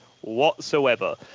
whatsoever